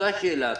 זו השאלה.